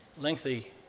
lengthy